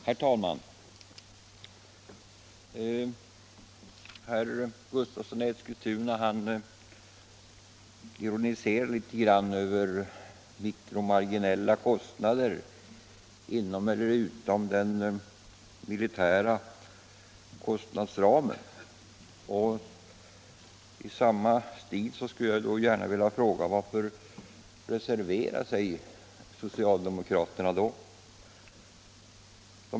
Herr talman! Herr Gustavsson i Eskilstuna ironiserar litet över ”mikromarginella kostnader” inom eller utom den militära kostnadsramen. I samma stil skulle jag gärna vilja fråga: Varför reserverar sig socialdemokraterna då?